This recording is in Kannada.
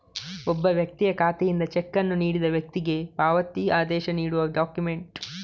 ಒಬ್ಬ ವ್ಯಕ್ತಿಯ ಖಾತೆಯಿಂದ ಚೆಕ್ ಅನ್ನು ನೀಡಿದ ವ್ಯಕ್ತಿಗೆ ಪಾವತಿ ಆದೇಶ ನೀಡುವ ಡಾಕ್ಯುಮೆಂಟ್